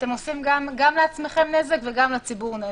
ואתם עושים גם לעצמכם נזק וגם לציבור נזק.